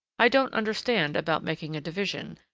i don't understand about making a division,